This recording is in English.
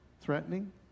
threatening